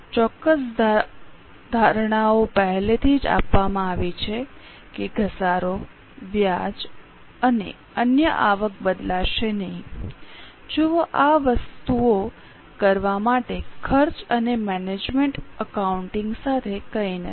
ચોક્કસ ધારણાઓ પહેલેથી જ આપવામાં આવી છે કે ઘસારો વ્યાજ અને અન્ય આવક બદલાશે નહીં જુઓ આ વસ્તુઓ કરવા માટે ખર્ચ અને મેનેજમેન્ટ એકાઉન્ટિંગ સાથે કંઈ નથી